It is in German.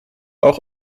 auch